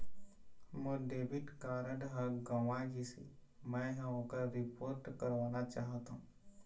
मोर debit card ह गंवा गिसे, मै ह ओकर रिपोर्ट करवाना चाहथों